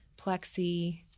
plexi